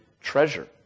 treasure